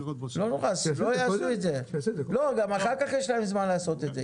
גם אחר כך יש להם זמן לעשות את זה.